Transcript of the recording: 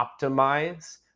optimize